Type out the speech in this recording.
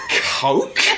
Coke